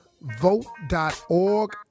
Vote.org